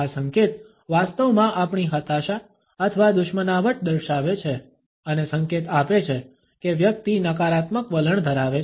આ સંકેત વાસ્તવમાં આપણી હતાશા અથવા દુશ્મનાવટ દર્શાવે છે અને સંકેત આપે છે કે વ્યક્તિ નકારાત્મક વલણ ધરાવે છે